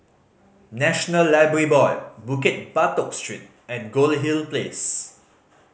National Library Board Bukit Batok Street and Goldhill Place